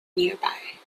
nearby